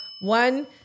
One